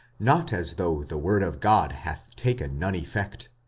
not as though the word of god hath taken none effect.